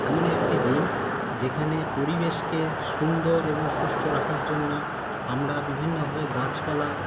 এমনই একটি দিন যেখানে পরিবেশকে সুন্দর এবং সুষ্ঠু রাখার জন্য আমরা বিভিন্নভাবে গাছপালা